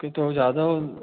कि तो ज्यादा